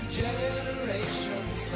generations